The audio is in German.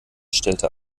stellte